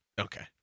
okay